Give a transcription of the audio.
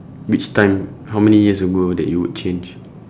which time how many years ago that you would change